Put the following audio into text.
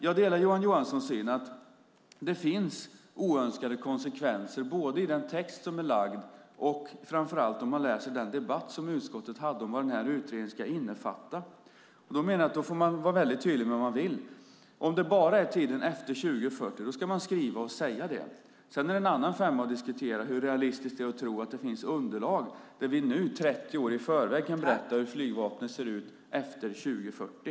Jag delar Johan Johanssons syn att det finns oönskade konsekvenser både i den text som är framlagd och framför allt om man läser den debatt som utskottet hade om vad den här utredningen ska innefatta. Då menar jag att man får vara väldigt tydlig med vad man vill. Om det bara är fråga om tiden efter 2040 ska man skriva och säga det. Sedan är det en annan femma att diskutera hur realistiskt det är att tro att det finns underlag där vi nu, 30 år i förväg, kan berätta hur flygvapnet ser ut efter 2040.